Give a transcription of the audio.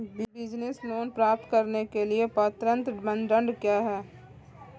Business loan प्राप्त करने के लिए पात्रता मानदंड क्या हैं?